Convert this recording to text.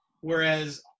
whereas